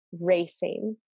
racing